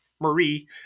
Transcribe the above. Marie